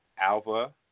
Alva